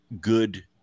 good